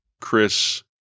Chris